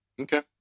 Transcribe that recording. Okay